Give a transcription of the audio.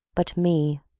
but me,